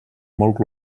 molt